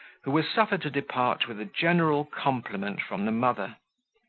who was suffered to depart with a general compliment from the mother,